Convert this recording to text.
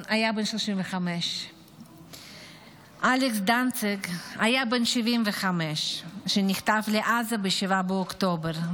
היה בן 35. אלכס דנציג היה בן 75 כשנחטף לעזה ב-7 באוקטובר,